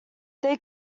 they